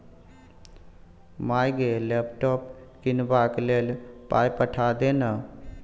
माय गे लैपटॉप कीनबाक लेल पाय पठा दे न